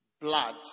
blood